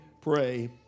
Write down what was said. pray